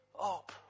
up